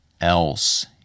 else